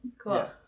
Cool